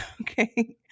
Okay